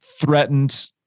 threatened